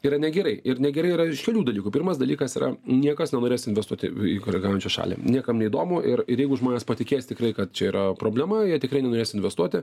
yra negerai ir negerai yra iš kelių dalykų pirmas dalykas yra niekas nenorės investuoti į koregaujančią šalį niekam neįdomu ir ir jeigu žmonės patikės tikrai kad čia yra problema jie tikrai nenorės investuoti